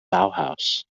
bauhaus